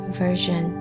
version